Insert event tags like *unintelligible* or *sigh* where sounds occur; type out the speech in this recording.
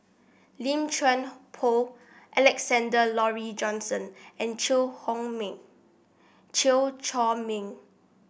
Lim Chuan Poh Alexander Laurie Johnston and Chew *unintelligible* Meng Chew Chor Meng